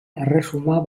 erresuma